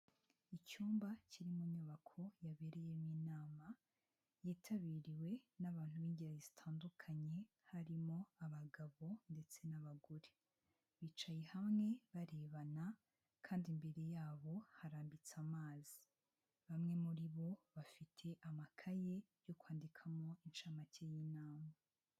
Icyumba kiri mu nyubako yabereyemo inama yitabiriwe n'abantu b'ingeri zitandukanye harimo abagabo ndetse n'abagore, bicaye hamwe barebana kandi imbere yabo harambitse amazi, bamwe muri bo bafite amakaye yo kwandikamo inshamake y'inama.